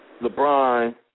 LeBron